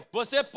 você